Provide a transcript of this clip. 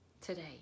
today